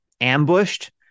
ambushed